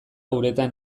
uretan